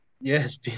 Yes